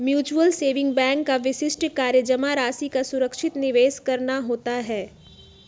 mutual saving bank का विशिष्ट कार्य जमा राशि का सुरक्षित निवेश करना होता है